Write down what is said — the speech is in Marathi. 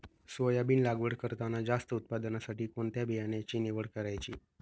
सोयाबीन लागवड करताना जास्त उत्पादनासाठी कोणत्या बियाण्याची निवड करायची?